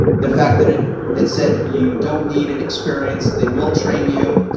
the fact that it it said you don't need an experience, they will train you,